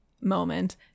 moment